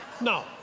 No